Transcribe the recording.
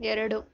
ಎರಡು